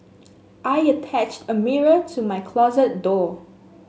I attached a mirror to my closet door